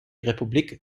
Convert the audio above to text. republik